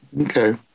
Okay